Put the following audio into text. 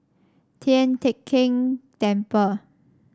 Tian Teck Keng Temple